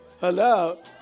Hello